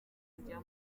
kujya